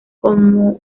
como